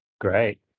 Great